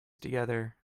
together